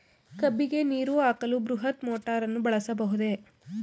ಕಬ್ಬಿಗೆ ನೀರು ಹಾಕಲು ಬೃಹತ್ ಮೋಟಾರನ್ನು ಬಳಸಬಹುದೇ?